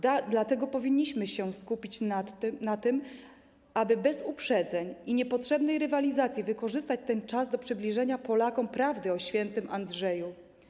Dlatego powinniśmy się skupić na tym, aby bez uprzedzeń i niepotrzebnej rywalizacji wykorzystać ten czas do przybliżenia Polakom prawdy o św. Andrzeju.